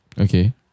Okay